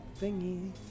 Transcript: thingy